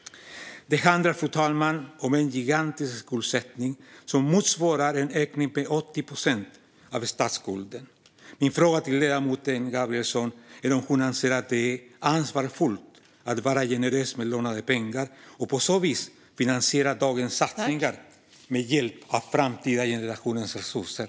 Det handlar om en gigantisk skuldsättning, fru talman. Det motsvarar en ökning av statsskulden med 80 procent. Min fråga till ledamoten Gabrielsson är om hon anser att det är ansvarsfullt att vara generös med lånade pengar och på så vis finansiera dagens satsningar med hjälp av framtida generationers resurser.